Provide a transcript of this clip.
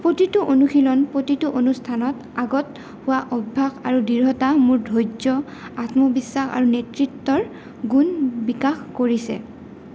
প্ৰতিটো অনুশীলন প্ৰতিটো অনুষ্ঠানত আগত হোৱা অভ্যাস আৰু দৃঢ়তা মোৰ ধৈৰ্য আত্মবিশ্বাস আৰু নেতৃত্বৰ গুণ বিকাশ কৰিছে